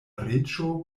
reĝo